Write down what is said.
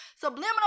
subliminal